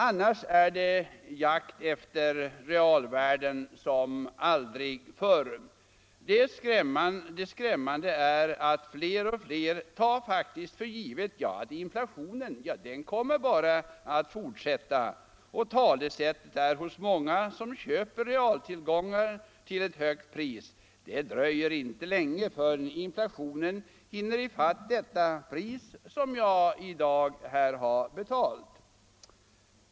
Annars är det jakt efter realvärden som aldrig förr. Det skrämmande är att fler och fler tar för givet att inflationen bara kommer att fortsätta. Talesättet är hos många som köper en realtillgång till ett högt pris: Det dröjer inte länge förrän inflationen hinner ifatt det pris som jag i dag betalat.